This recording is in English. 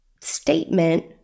statement